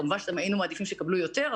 כמובן שהיינו מעדיפים שהם יקבלו יותר,